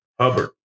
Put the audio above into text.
Hubbard